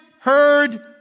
heard